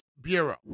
Bureau